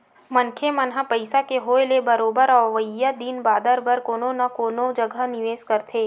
मनखे मन ह पइसा के होय ले बरोबर अवइया दिन बादर बर कोनो न कोनो जघा निवेस करथे